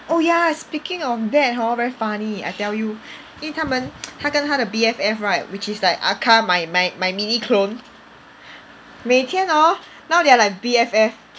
oh ya speaking of that hor very funny I tell you 因为她们 她跟她的 B_F_F right which is like aka my my my mini clone 每天 hor now they are like B_F_F